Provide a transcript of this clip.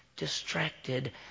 distracted